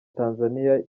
tanzaniya